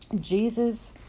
Jesus